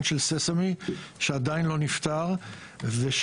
של "ססמי" ((SEASAME שעדיין לא נפתר ושם,